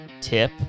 tip